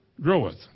groweth